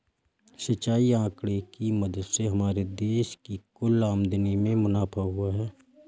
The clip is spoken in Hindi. सिंचाई आंकड़े की मदद से हमारे देश की कुल आमदनी में मुनाफा हुआ है